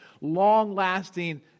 long-lasting